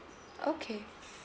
okay